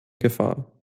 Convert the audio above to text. gefahr